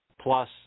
plus